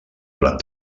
durant